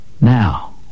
Now